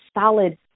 solid